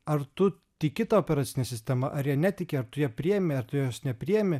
ar tu tiki ta operacine sistema ar ja netiki ar tu ją priimi ar tu jos nepriimi